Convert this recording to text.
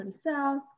south